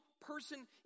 person